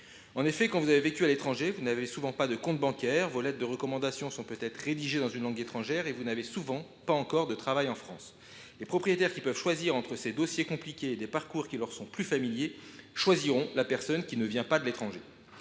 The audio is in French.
En effet, quand vous avez vécu à l’étranger, vous n’avez souvent pas de compte bancaire ; vos lettres de recommandation sont peut être rédigées dans une langue étrangère et, souvent, vous n’avez pas encore de travail en France. Lorsque les propriétaires ont le choix entre ces dossiers compliqués et des parcours qui leur sont plus familiers, ils se tournent rarement vers la personne qui vient de l’étranger.